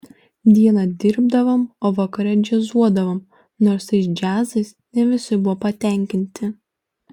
dieną dirbdavom o vakare džiazuodavom nors tais džiazais ne visi buvo patenkinti